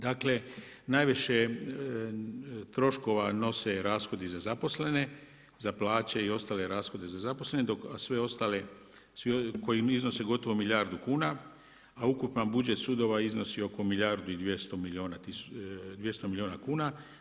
Dakle, najviše troškova nose rashodi za zaposlene, za plaće i ostale rashode za zaposlene dok, a sve ostale, svi ostali koji iznose gotovo milijardu kuna, a ukupan budžet sudova iznosi oko milijardu i 200 milijuna kuna.